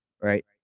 right